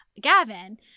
Gavin